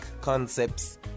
concepts